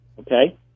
okay